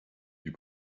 you